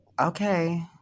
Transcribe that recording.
Okay